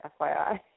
FYI